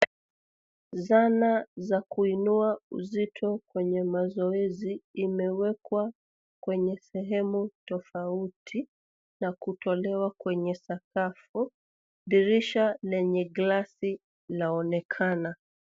Zana za kuinua uzito kwenye mazoezi zimewekwa kwenye sehemu tofauti na zimetolewa kwenye sakafu, dirisha lenye glasi likionekana.